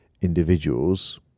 individuals